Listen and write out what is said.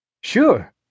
Sure